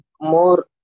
more